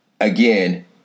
Again